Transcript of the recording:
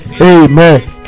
Amen